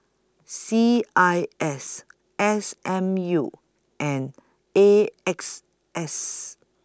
C I S S M U and A X S